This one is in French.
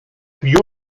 puis